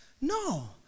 No